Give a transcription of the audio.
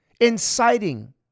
inciting